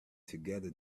together